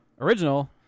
original